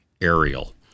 aerial